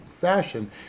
fashion